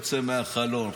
יוצא מהחלון.